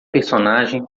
personagem